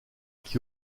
qui